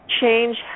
change